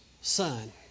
son